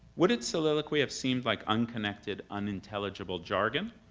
would its soliloquy have seemed like unconnected unintelligible jargon?